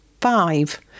Five